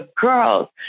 girls